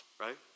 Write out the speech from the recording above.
right